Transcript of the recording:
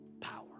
power